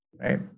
Right